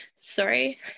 Sorry